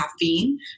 caffeine